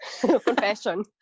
confession